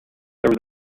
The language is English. there